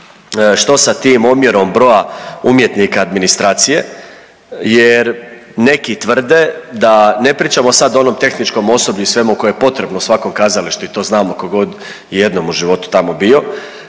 što sa tim omjerom broja umjetnika administracije jer neki tvrde, da ne pričamo o onom tehničkom osoblju i svemu koje je potrebno svakom kazalištu i to znamo tko god je jednom u životu tamo bio,